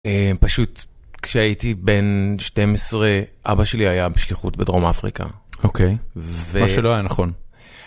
פשוט, כשהייתי בן 12, אבא שלי היה בשליחות בדרום אפריקה. אוקיי, מה שלא היה נכון.